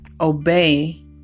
obey